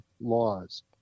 laws